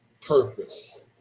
purpose